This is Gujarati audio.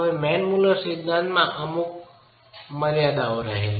મેન મુલર સિદ્ધાંતમાં અમુક મર્યાદાઓ રહેલી છે